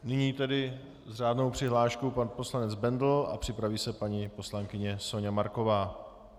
Nyní tedy s řádnou přihláškou pan poslanec Bendl a připraví se paní poslankyně Soňa Marková.